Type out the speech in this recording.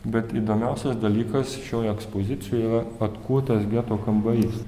bet įdomiausias dalykas šioj ekspozicijoje atkurtas geto kambarys